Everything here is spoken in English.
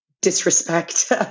disrespect